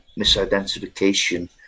misidentification